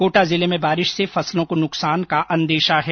कोटा जिले में बारिश से फसलों को नुकसान का अंदेशा है